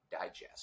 Digest